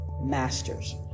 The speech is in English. masters